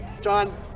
John